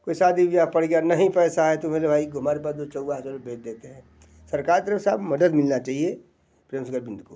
कोई शादी बियाह पड़ गया नहीं पैसा है तो मेरे भाई को हमारे पास जो चाउआ है तो ज़रूर बेच देते हैं सरकार के तरफ़ से अब मदद मिलना चाहिए को